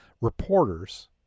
reporters